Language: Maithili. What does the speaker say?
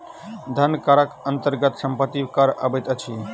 धन करक अन्तर्गत सम्पत्ति कर अबैत अछि